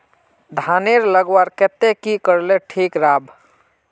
धानेर लगवार केते की करले ठीक राब?